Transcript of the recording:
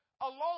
alone